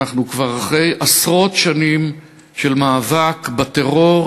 אנחנו כבר אחרי עשרות שנים של מאבק בטרור